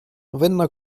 винна